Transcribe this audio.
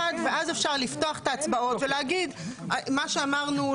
ואז אפשר לפתוח את ההצבעות ולהגיד 'מה שאמרנו,